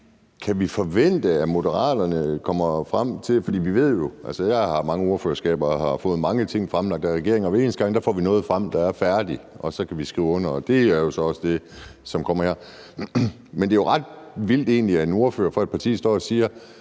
Det der med at overreagere vil jeg godt lige bore lidt ind i. Jeg har mange ordførerskaber og har fået mange ting fremlagt af regeringen, og hver eneste gang får vi noget fremlagt, der er færdigt, og så kan vi skrive under, og det er jo så også det, som kommer her. Men det er jo egentlig ret vildt, at en ordfører for et parti står og siger,